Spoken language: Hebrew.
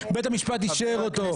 בית המשפט אישר אותו.